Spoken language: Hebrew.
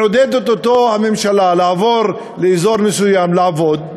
מעודדת אותו הממשלה לעבור לאזור מסוים לעבוד,